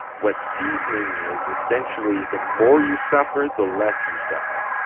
what seasoning is essentially, the more you suffer, the less you suffer.